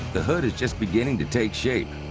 the hood is just beginning to take shape.